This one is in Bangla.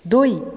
দুই